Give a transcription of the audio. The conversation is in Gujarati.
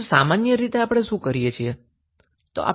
તો સામાન્ય રીતે આપણે શું કરીએ છીએ